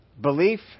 Belief